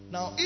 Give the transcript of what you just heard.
Now